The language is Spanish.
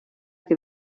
que